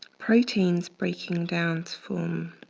proteins breaking down to form